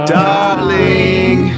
darling